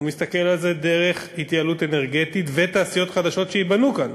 הוא מסתכל על זה דרך התייעלות אנרגטית ותעשיות חדשות שייבנו כאן.